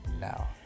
now